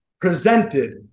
presented